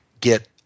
get